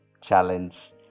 challenge